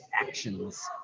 actions